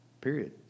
Period